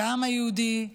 העם היהודי,